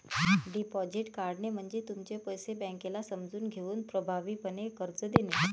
deposit काढणे म्हणजे तुमचे पैसे बँकेला समजून घेऊन प्रभावीपणे कर्ज देणे